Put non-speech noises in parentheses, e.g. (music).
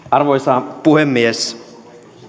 (unintelligible) arvoisa puhemies